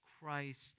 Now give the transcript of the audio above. Christ